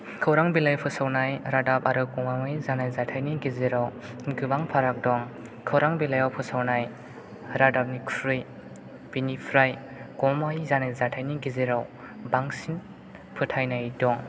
खौरां बिलाइ फोसावनाय रादाब आरो गमामायै जानाय जाथायनि गेजेराव गोबां फाराग दं खौरां बिलाइआव फोसावनाय रादाबनिख्रुइ बेनिफ्राय गमामायै जानाय जाथायनि गेजेराव बांसिन फोथायनाय दं